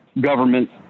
government